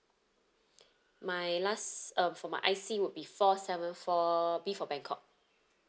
my last uh for my I_C would be four seven four B for bangkok